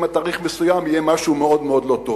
עד תאריך מסוים יהיה משהו מאוד מאוד לא טוב.